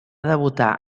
debutar